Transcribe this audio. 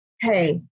hey